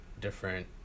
different